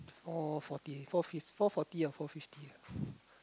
four forty four forty or four fifty